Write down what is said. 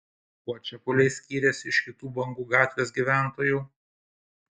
kuo čepuliai skyrėsi iš kitų bangų gatvės gyventojų